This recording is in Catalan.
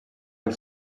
els